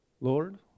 Lord